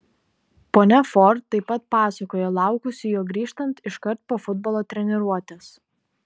ponia ford taip pat pasakojo laukusi jo grįžtant iškart po futbolo treniruotės